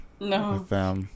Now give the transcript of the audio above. No